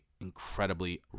incredibly